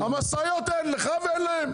משאיות אין לך ואין להם.